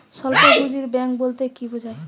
স্বল্প পুঁজির ব্যাঙ্ক বলতে কি বোঝায়?